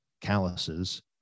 calluses